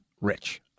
rich